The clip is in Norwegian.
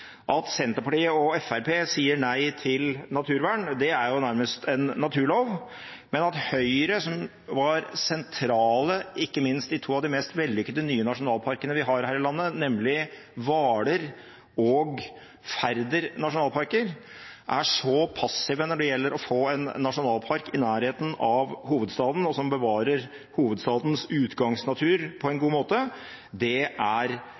At Senterpartiet og Fremskrittspartiet sier nei til naturvern, er nærmest en naturlov, men at Høyre, som var sentrale ikke minst i to av de mest vellykkete nye nasjonalparkene vi har her i landet, nemlig Ytre Hvaler nasjonalpark og Færder nasjonalpark, er så passive når det gjelder å få en nasjonalpark i nærheten av hovedstaden, og som bevarer hovedstadens utgangsnatur på en god måte, er underlig. Det som karakteriserer Ytre Hvaler og Færder nasjonalparker, er